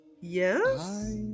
Yes